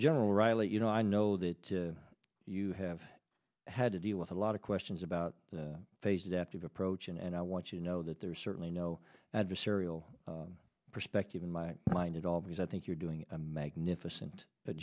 general riley you know i know that you have had to deal with a lot of questions about phased adaptive approach and i want you know that there is certainly no adversarial perspective in my mind at all because i think you're doing a magnificent